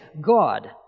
God